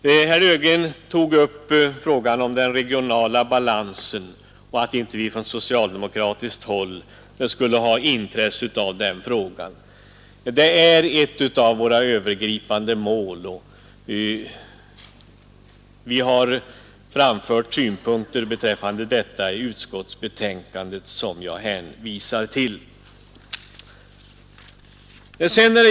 Herr Löfgren tog upp frågan om den regionala balansen och menade att vi från socialdemokratiskt håll inte skulle ha intresse för den frågan. Regional balans är ett av våra övergripande mål, och vi har framfört synpunkter beträffande detta i utskottsbetänkandet, som jag hänvisar till.